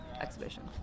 exhibition